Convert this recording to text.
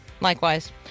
Likewise